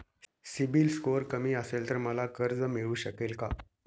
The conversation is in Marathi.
सिबिल स्कोअर कमी असेल तर मला कर्ज मिळू शकेल का?